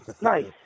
Nice